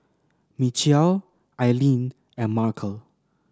Michial Aileen and Markel